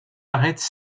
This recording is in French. arêtes